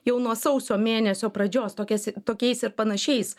jau nuo sausio mėnesio pradžios tokias tokiais ir panašiais